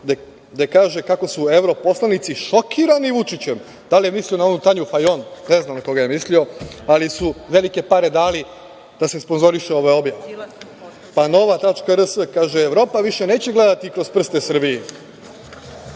gde kaže kako su evroposlanici šokirani Vučićem. Da li je mislio na onu Tanju Fajon, ne znam na koga je mislio, ali su velike pare dali da se sponzoriše ova objava. Pa, „Nova.rs“ kaže: „Evropa više neće gledati kroz prste Srbiji“.